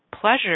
pleasure